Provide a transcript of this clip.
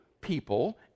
people